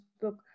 book